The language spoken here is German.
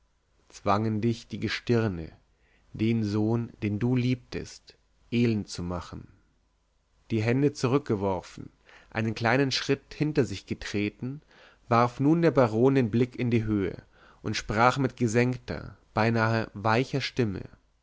zwangen dich die gestirne den sohn den du liebtest elend zu machen die hände zurückgeworfen einen kleinen schritt hinter sich getreten warf nun der baron den blick in die höhe und sprach mit gesenkter beinahe weicher stimme